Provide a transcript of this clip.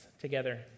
together